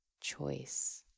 choice